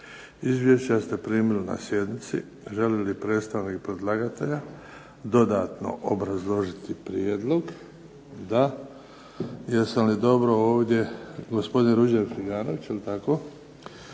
Izvješća ste primili na sjednici. Želi li predstavnik predlagatelja dodano obrazložiti prijedlog? Da. Gospodin Ruđer Friganović, državni